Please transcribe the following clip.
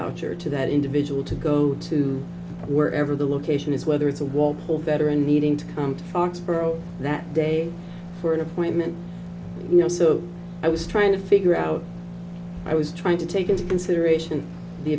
voucher to that individual to go to wherever the location is whether it's a wall or better and needing to come to foxboro that day for an appointment you know so i was trying to figure out i was trying to take into consideration the